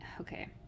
Okay